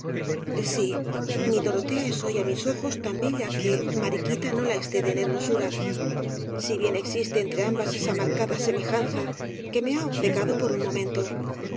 sí mi dorotea es hoy á mis ojos tan bella que mariquita no la excede en hermosura si bien existe entre ambas esa marcada semejanza que me ha obcecado por un momento en